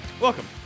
Welcome